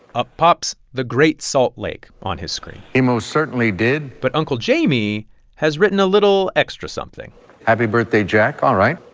up pops the great salt lake on his screen he most certainly did but uncle jamie has written a little extra something happy birthday, jack. all right